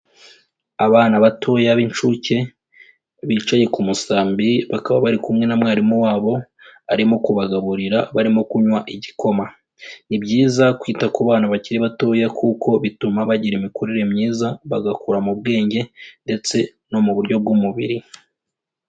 Abana batoya b'inshuke bicaye ku musambi, bakaba bari kumwe na mwarimu wabo arimo kubagaburira, barimo kunywa igikoma. Ni byiza kwita ku bana bakiri batoya kuko bituma bagira imikurire myiza, bagakura mu bwenge ndetse no mu buryo bw'umubiri.